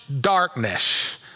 darkness